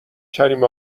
کریم